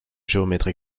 géomètre